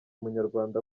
munyarwanda